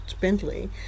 Bentley